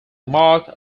mark